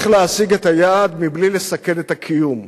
איך להשיג את היעד בלי לסכן את הקיום,